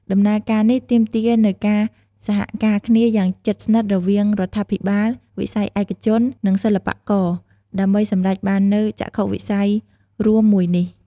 ដំណើរការនេះទាមទារនូវការសហការគ្នាយ៉ាងជិតស្និទ្ធរវាងរដ្ឋាភិបាល វិស័យឯកជន និងសិល្បករ ដើម្បីសម្រេចបាននូវចក្ខុវិស័យរួមមួយនេះ។